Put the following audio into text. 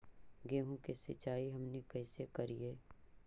गेहूं के सिंचाई हमनि कैसे कारियय?